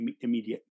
immediate